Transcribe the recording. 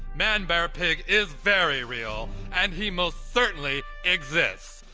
manbearpig is very real and he most certainly exists.